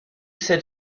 said